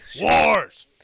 Wars